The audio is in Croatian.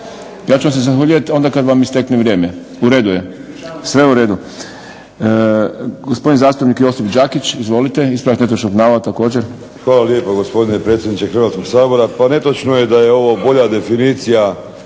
Ja ću vam se zahvaljivati onda kada vam istekne vrijeme. U redu je, sve je u redu. Gospodin zastupnik Josip Đakić, ispravak netočnog navoda također. **Đakić, Josip (HDZ)** Hvala lijepa gospodine predsjedniče. Pa netočno je da je ovo bolja definicija